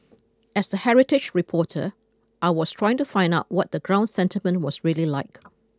as the heritage reporter I was trying to find out what the ground sentiment was really like